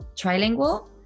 Trilingual